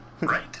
Right